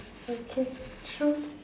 okay true